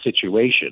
situation